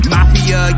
Mafia